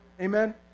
amen